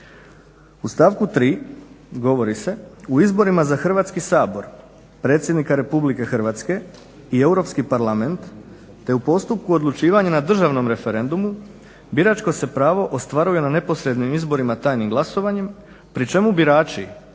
U stavku 3. govori se: U izborima za Hrvatski sabor, predsjednika Republike Hrvatske i Europski parlament te u postupku odlučivanja na državnom referendumu biračko se pravo ostvaruje na neposrednim izborima tajnim glasovanjem pri čemu birači